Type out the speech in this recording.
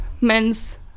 men's